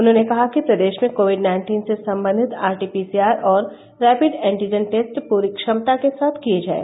उन्होंने कहा कि प्रदेश में कोविड नाइन्टीन से सम्बन्धित आरटीपीसीआर और रैपिड एन्टीजन टेस्ट पूरी क्षमता के साथ किये जाएं